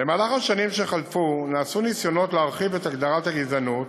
במהלך השנים שחלפו נעשו ניסיונות להרחיב את הגדרת הגזענות,